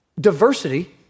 diversity